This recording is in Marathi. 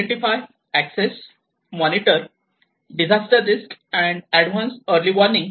identify access monitor disaster risk and enhance early warning